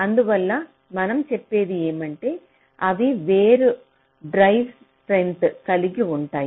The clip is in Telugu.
అందువల్ల మనం చెప్పేది ఏమంటే అవి వేర్వేరు డ్రైవ్ స్ట్రెంత్ కలిగి ఉంటాయి